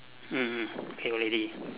mm mm okay already